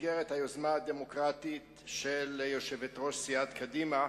במסגרת היוזמה הדמוקרטית של יושבת-ראש סיעת קדימה,